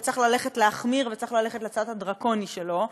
וצריך ללכת ולהחמיר וצריך ללכת לצד הדרקוני שלו.